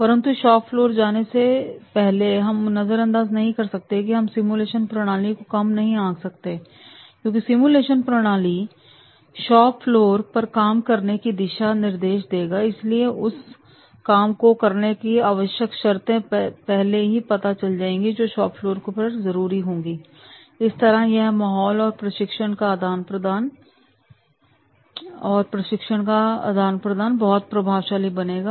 परंतु shop floor जाने से पहले हम नजरअंदाज नहीं कर सकते हम सिमुलेशन प्रणाली को कम नहीं आंक सकते क्योंकि सिमुलेशन प्रणाली शॉप फ्लोर पर काम करने की दिशा निर्देश देगा इसलिए उसे उस काम करने के आवश्यक शर्तें पहले ही पता चल जाएंगी जो शॉप फ्लोर पर जरूरी होंगी और इस तरह यह माहौल और प्रशिक्षण का आदान प्रदान बहुत बहुत प्रभावशाली बनेगा